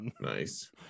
nice